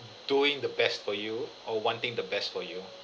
doing the best for you or wanting the best for you